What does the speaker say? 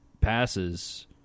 passes